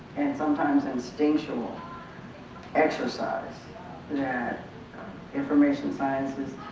and sometimes instinctual exercise that information sciences